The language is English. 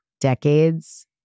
decades